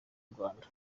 rwanda